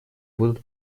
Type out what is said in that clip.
будут